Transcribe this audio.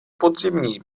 podzimní